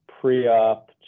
pre-op